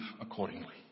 accordingly